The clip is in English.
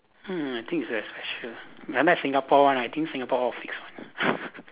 ah I think is very special unlike Singapore one I think Singapore all fixed one